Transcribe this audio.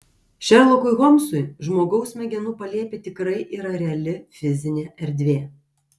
šerlokui holmsui žmogaus smegenų palėpė tikrai yra reali fizinė erdvė